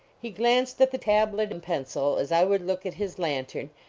he glanced at the tablet and pencil as i would look at his lantern,